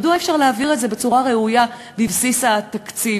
מדוע אי-אפשר להעביר את זה בצורה ראויה בבסיס התקציב?